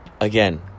again